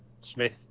Smith